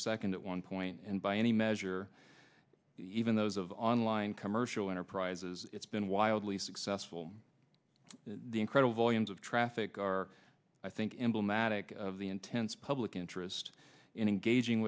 second at one point and by any measure even those of online commercial enterprises it's been wildly successful the incredible use of traffic are i think emblematic of the intense public interest in engaging